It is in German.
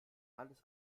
alles